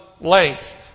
length